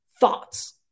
thoughts